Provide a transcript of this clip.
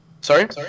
Sorry